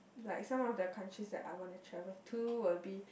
like some of the countries that I wanna travel to will be